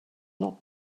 not